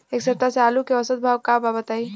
एक सप्ताह से आलू के औसत भाव का बा बताई?